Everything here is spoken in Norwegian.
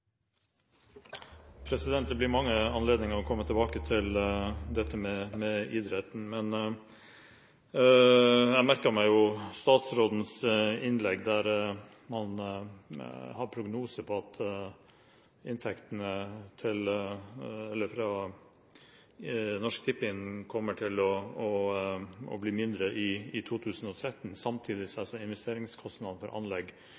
Det blir mange anledninger til å komme tilbake til dette med idretten, men jeg merket meg statsrådens innlegg og det at man har prognose for at inntektene til Norsk Tipping kommer til å bli mindre i 2013. Samtidig skal investeringskostnadene når det gjelder anlegg,